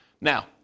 Now